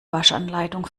waschanleitung